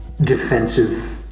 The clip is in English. defensive